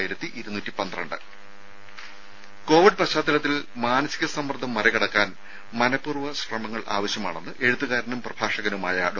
രുര കോവിഡ് പശ്ചാത്തലത്തിൽ മാനസിക സമ്മർദ്ദം മറികടക്കാൻ മനഃപ്പൂർവ്വ ശ്രമങ്ങൾ ആവശ്യമാണെന്ന് എഴുത്തുകാരനും പ്രഭാഷകനുമായ ഡോ